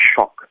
shock